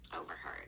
overheard